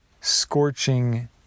scorching